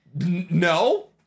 No